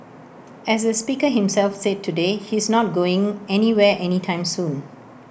as the speaker himself said today he's not going anywhere any time soon